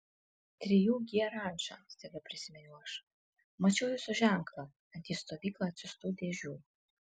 trijų g ranča staiga prisiminiau aš mačiau jūsų ženklą ant į stovyklą atsiųstų dėžių